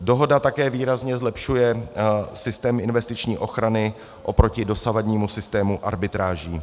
Dohoda také výrazně zlepšuje systém investiční ochrany oproti dosavadnímu systému arbitráží.